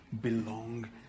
belong